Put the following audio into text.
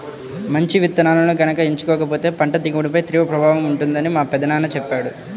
మంచి విత్తనాలను గనక ఎంచుకోకపోతే పంట దిగుబడిపై తీవ్ర ప్రభావం ఉంటుందని మా పెదనాన్న చెప్పాడు